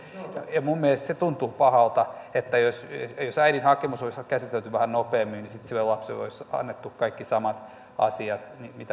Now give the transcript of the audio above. minun mielestäni se tuntuu pahalta että jos äidin hakemus olisi käsitelty vähän nopeammin niin sitten sille lapselle olisi annettu kaikki samat asiat mitä muillekin lapsille annetaan